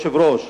כבוד היושב-ראש.